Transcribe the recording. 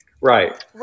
Right